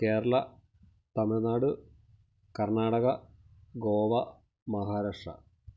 Kerala Tamil Nadu Karnataka Goa Maharashtra